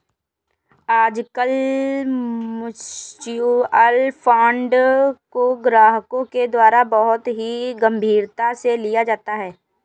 आजकल mutual fund को ग्राहकों के द्वारा बहुत ही गम्भीरता से लिया जाता है